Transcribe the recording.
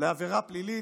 לעבירה פלילית.